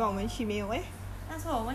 那时候我们去也是有 [what]